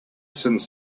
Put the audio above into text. since